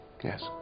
Yes